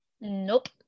Nope